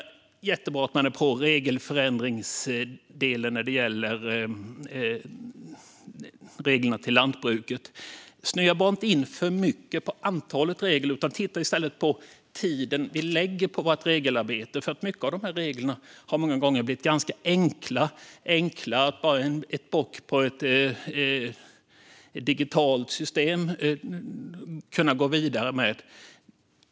Det är jättebra att man är på gång med regelförändringsdelen när det gäller lantbruket. Snöa bara inte in för mycket på antalet regler, utan titta i stället på tiden vi lägger på vårt regelarbete! Många av reglerna har blivit ganska enkla att hantera; man sätter bara en bock i ett digitalt system och kan gå vidare.